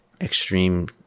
extreme